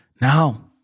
Now